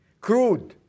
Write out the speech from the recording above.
crude